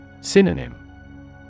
Synonym